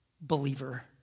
believer